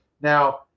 now